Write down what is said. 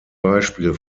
beispiel